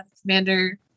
commander